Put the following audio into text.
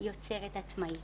כיוצרת עצמאית.